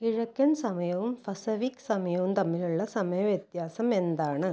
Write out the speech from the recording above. കിഴക്കൻ സമയവും പസഫിക് സമയവും തമ്മിലുള്ള സമയ വ്യത്യാസം എന്താണ്